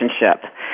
relationship